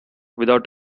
without